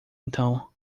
então